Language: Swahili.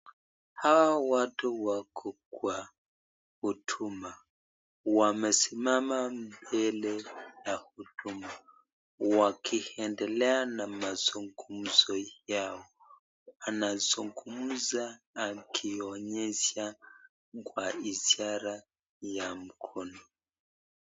Hawa watu wako kwa huduma. Wamesimama mbele ya huduma wakiendelea na mazungumzo yao. Anazungumza akionyesha kwa ishara ya mkono.